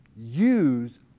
Use